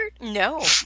no